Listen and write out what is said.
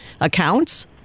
accounts